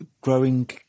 growing